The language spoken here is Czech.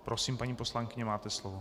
Prosím, paní poslankyně, máte slovo.